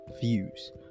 views